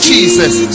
Jesus